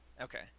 Okay